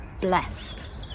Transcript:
blessed